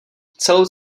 celou